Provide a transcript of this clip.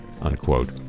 Unquote